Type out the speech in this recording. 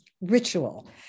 ritual